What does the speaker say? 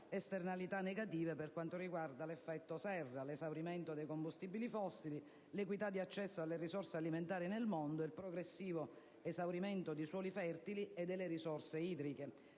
esternalità negative per quanto riguarda l'effetto serra, l'esaurimento dei combustibili fossili, l'equità di accesso alle risorse alimentari nel mondo, il progressivo esaurimento di suoli fertili e delle risorse idriche,